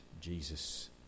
Jesus